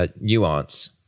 nuance